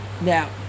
Now